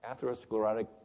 atherosclerotic